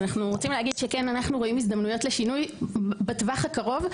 ואנחנו רוצים להגיד שאנחנו כן רואים הזדמנויות לשינוי בטווח הקרוב,